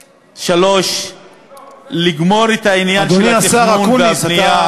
3. לגמור את העניין של התכנון והבנייה,